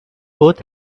both